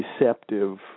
receptive